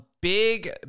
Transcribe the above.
big